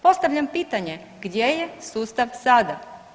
Postavljam pitanje gdje je sustav sada?